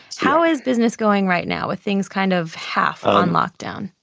how is business going right now with things kind of half on lockdown?